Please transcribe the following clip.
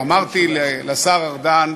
ואמרתי לשר ארדן,